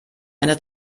eine